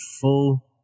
full